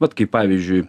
vat kaip pavyzdžiui